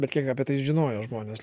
bet kiek apie tai žinojo žmonės